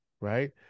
right